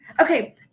Okay